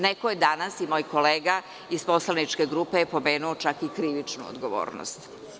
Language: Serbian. Neko je danas i moj kolega iz poslaničke grupe pomenuo čak i krivičnu odgovornost.